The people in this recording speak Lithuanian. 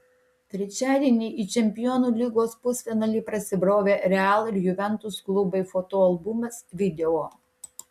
trečiadienį į čempionų lygos pusfinalį prasibrovė real ir juventus klubai fotoalbumas video